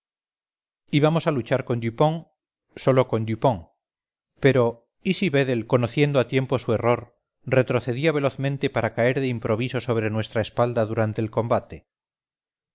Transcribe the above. julio íbamos a luchar con dupont sólo con dupont pero y si vedel conociendo a tiempo su error retrocedía velozmente para caer de improviso sobre nuestra espalda durante el combate